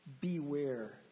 beware